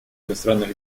иностранных